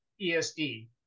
ESD